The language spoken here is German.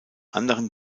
anderen